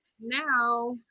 now